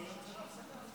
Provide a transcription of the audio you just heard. סעיפים 1 2 נתקבלו.